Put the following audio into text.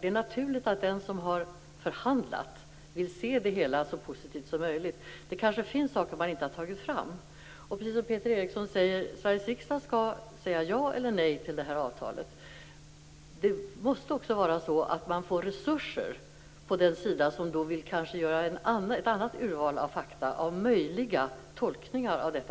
Det är naturligt att den som har förhandlat vill se det hela så positivt som möjligt. Det kanske finns saker man inte har tagit fram. Precis som Peter Eriksson säger skall Sveriges riksdag säga ja eller nej till avtalet. Då måste också den sida få resurser som kanske vill göra ett annat urval av fakta av möjliga tolkningar.